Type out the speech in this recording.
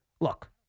look